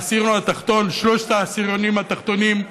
שלושת העשירונים התחתונים,